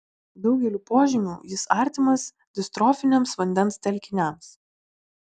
daugeliu požymių jis artimas distrofiniams vandens telkiniams